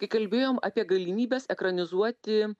kai kalbėjom apie galimybes ekranizuoti